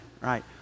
right